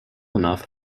enough